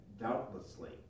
doubtlessly